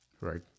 Right